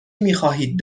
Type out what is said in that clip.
میخواهید